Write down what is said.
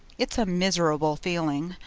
it's a miserable feeling.